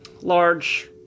large